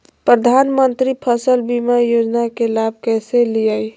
प्रधानमंत्री फसल बीमा योजना के लाभ कैसे लिये?